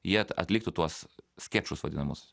jie atliktų tuos skečus vadinamus